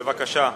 בבקשה.